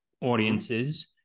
audiences